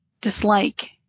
dislike